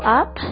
up